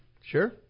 Sure